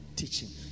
teaching